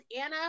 Anna